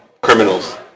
criminals